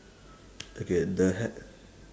okay the ha~